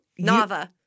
Nava